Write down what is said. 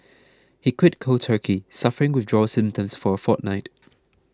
he quit cold turkey suffering withdrawal symptoms for a fortnight